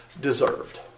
deserved